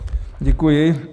Děkuji.